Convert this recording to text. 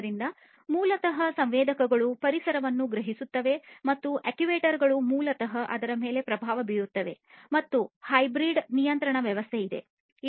ಆದ್ದರಿಂದ ಮೂಲತಃ ಸಂವೇದಕಗಳು ಪರಿಸರವನ್ನು ಗ್ರಹಿಸುತ್ತವೆ ಮತ್ತು ಈ ಅಕ್ಚುಯೇಟರ್ ಗಳು ಮೂಲತಃ ಅದರ ಮೇಲೆ ಪ್ರಭಾವ ಬೀರುತ್ತವೆ ಮತ್ತು ಹೈಬ್ರಿಡ್ ನಿಯಂತ್ರಣ ವ್ಯವಸ್ಥೆ ಇದೆ